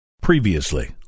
Previously